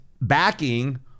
backing